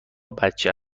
بچه